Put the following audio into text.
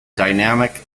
dynamic